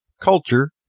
culture